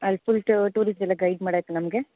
ಅಲ್ಲಿ ಫುಲ್ ಟೂರಿಸ್ಟೆಲ್ಲ ಗೈಡ್ ಮಾಡಕ್ಕೆ ನಮಗೆ